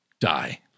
die